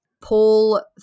Paul